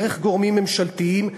דרך גורמים ממשלתיים,